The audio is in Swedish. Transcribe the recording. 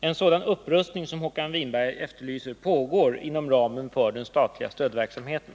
En sådan upprustning som Håkan Winberg efterlyser pågår inom ramen för den statliga stödverksamheten.